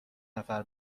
نفر